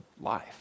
life